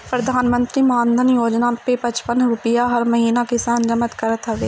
प्रधानमंत्री मानधन योजना में पचपन रुपिया हर महिना किसान जमा करत हवन